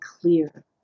clear